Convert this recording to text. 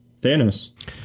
Thanos